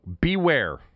beware